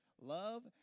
love